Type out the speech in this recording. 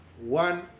one